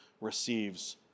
receives